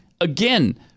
Again